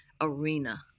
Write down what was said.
arena